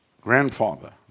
grandfather